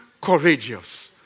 courageous